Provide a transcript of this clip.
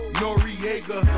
noriega